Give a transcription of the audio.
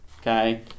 Okay